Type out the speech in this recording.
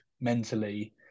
mentally